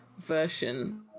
version